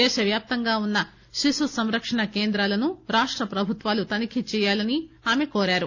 దేశవ్యాప్తంగా ఉన్న శిశు సంరక్షణ కేంద్రాలను రాష్టప్రభుత్వాలు తనిఖీచేయాలని ఆమె కోరారు